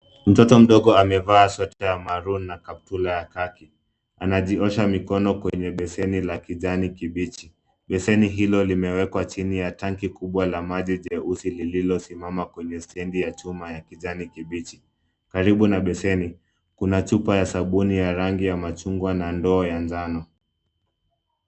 Mtoto mdogo amevaa sweta ya maroon na kaptula ya kaki, anajiosha mikono kwenye beseni la kijani kibichi. Beseni hilo limewekwa chini ya tangi kubwa la maji, jeusi, lililosimama kwenye stendi ya chuma ya kijani kibichi. Karibu na beseni kuna chupa ya sabuni ya rangi ya machungwa na ndoo ya njano.